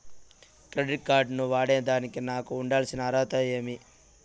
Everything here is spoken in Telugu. క్రెడిట్ కార్డు ను వాడేదానికి నాకు ఉండాల్సిన అర్హతలు ఏమి?